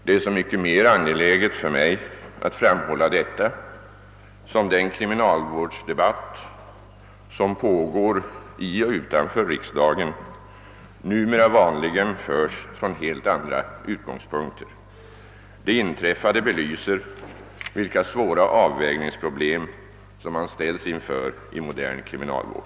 Det är så mycket mer angeläget för mig att framhålla detta som den kriminalvårdsdebatt som numera vanligen förs från helt andra utgångspunkter. Det inträffade belyser vilka svåra avvägningsproblem som man ställs inför i modern kriminalvård.